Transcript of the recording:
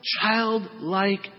childlike